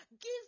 give